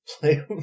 play